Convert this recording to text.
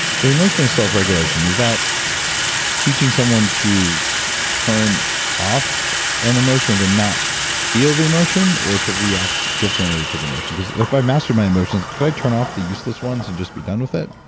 so emotional self-regulation, is that teaching someone to turn off an emotion or to not feel the emotion or to react differently to the emotion because if i master my emotions can i turn off the useless ones and just be done with it?